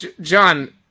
John